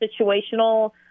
situational